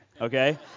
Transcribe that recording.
okay